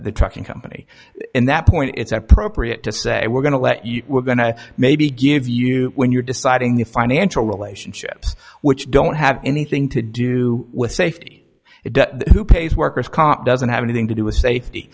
the trucking company in that point it's appropriate to say we're going to let you we're going to maybe give you when you're deciding the financial relationships which don't have anything to do with safety it who pays workers comp doesn't have anything to do a safety